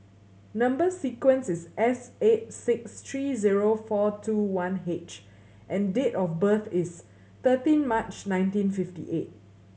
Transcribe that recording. number sequence is S eight six three zero four two one H and date of birth is thirteen March nineteen fifty eight